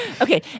Okay